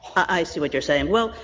i see what you're saying. well,